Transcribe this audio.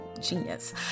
genius